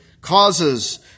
causes